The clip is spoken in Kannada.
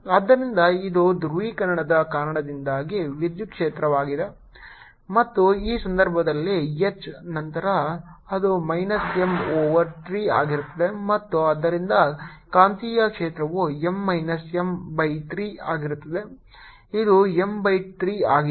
ಆದ್ದರಿಂದ ಇದು ಧ್ರುವೀಕರಣದ ಕಾರಣದಿಂದಾಗಿ ವಿದ್ಯುತ್ ಕ್ಷೇತ್ರವಾಗಿದೆ ಮತ್ತು ಈ ಸಂದರ್ಭದಲ್ಲಿ H ನಂತರ ಅದು ಮೈನಸ್ M ಓವರ್ 3 ಆಗಿರುತ್ತದೆ ಮತ್ತು ಆದ್ದರಿಂದ ಕಾಂತೀಯ ಕ್ಷೇತ್ರವು M ಮೈನಸ್ M ಬೈ 3 ಆಗಿರುತ್ತದೆ ಇದು 2 M ಬೈ 3 ಆಗಿದೆ